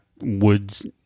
woods